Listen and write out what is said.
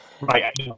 Right